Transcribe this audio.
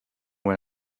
when